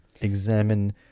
examine